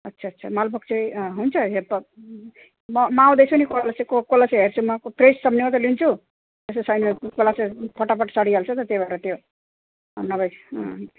अच्छा अच्छा मालभोग चाहिँ हुन्छ हेरपप म म आउँदैछु नि कोला चाहिँ कोला चाहिँ हेर्छु म फ्रेस छ भने मात्रै लिन्छु नत्र छैन कोला चाहिँ फटाफट सडिहाल्छ त त्यही भएर त्यो नभए